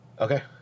Okay